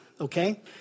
Okay